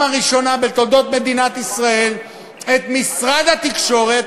הראשונה בתולדות מדינת ישראל את משרד התקשורת,